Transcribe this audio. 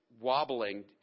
wobbling